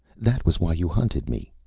that was why you hunted me?